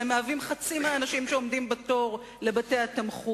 שהם חצי מהאנשים שעומדים בתור לבתי-התמחוי.